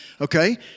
okay